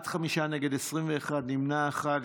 בעד, חמישה, נגד, 21, נמנע אחד.